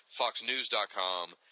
FoxNews.com